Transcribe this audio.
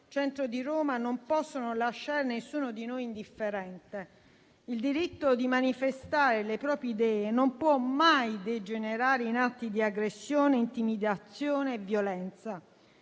centro di Roma non possono lasciare nessuno di noi indifferente. Il diritto di manifestare le proprie idee non può mai degenerare in atti di aggressione, intimidazione e violenza.